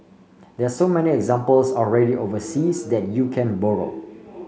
there so many examples already overseas that you can borrow